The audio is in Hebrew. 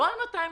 לא על 200 שנה.